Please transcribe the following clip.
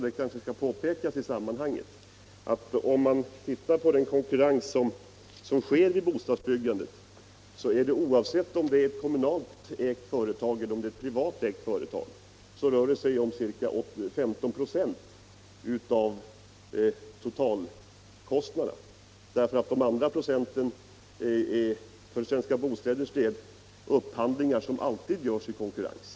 Det kanske skall påpekas kommunernas i sammanhanget att den konkurrens som sker i bostadsbyggandet rör = marktilldelning vid sig, oavsett om det är ett kommunalt ägt företag eller ett privat, om = stora bostadsbyggca 15 96 av de totala kostnaderna. De andra procenten är upphandlingar = nadsföretag som alltid görs i konkurrens.